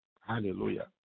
Hallelujah